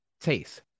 Taste